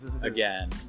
again